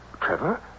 Trevor